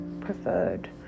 preferred